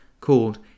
called